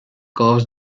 curves